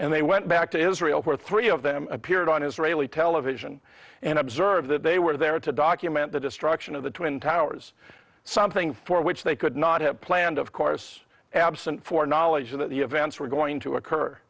and they went back to israel where three of them appeared on israeli television and observe that they were there to document the destruction of the twin towers something for which they could not have planned of course absent for knowledge that the events were going to occur